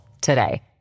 today